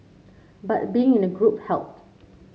but being in a group helped